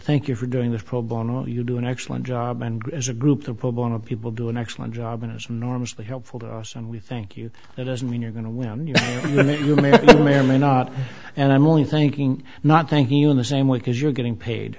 thank you for doing this pro bono you do an excellent job and as a group to put on a people do an excellent job and is normally helpful to us and we thank you that doesn't mean you're going to win you may or may or may not and i'm only thinking not thanking you in the same way because you're getting paid